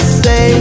say